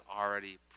already